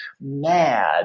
Mad